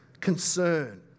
concern